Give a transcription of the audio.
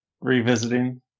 Revisiting